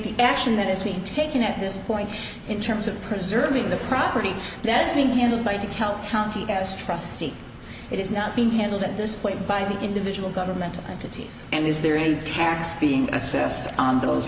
the action that is being taken at this point in terms of preserving the property that is being handled by dekalb county as trustee it is not being handled at this point by the individual governmental entities and is there any tax being assessed on those